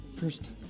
first